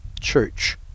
Church